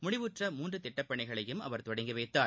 முடிவுற்ற மூன்று திட்டப்பணிகளையும் அவர் தொடங்கி வைத்தார்